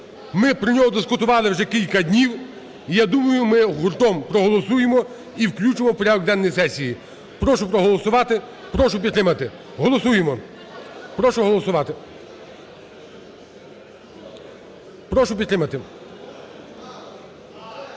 Ми про нього дискутували вже кілька днів, я думаю, ми гуртом проголосуємо і включимо в порядок денний сесії. Прошу проголосувати, прошу підтримати. Голосуємо! Прошу голосувати.